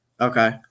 Okay